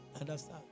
Understand